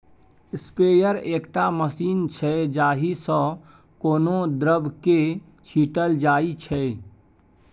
sprayer एकटा machine छै जाहि सँ कोनो द्रब केँ छीटल जाइ छै